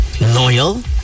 loyal